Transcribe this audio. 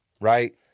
right